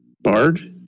bard